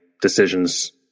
decisions